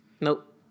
nope